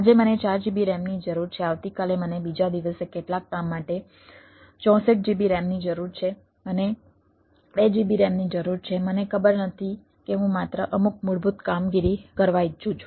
આજે મને 4GB RAM ની જરૂર છે આવતીકાલે મને બીજા દિવસે કેટલાક કામ માટે 64GB RAM ની જરૂર છે મને 2 GB RAM ની જરૂર છે મને ખબર નથી કે હું માત્ર અમુક મૂળભૂત કામગીરી કરવા ઈચ્છું છું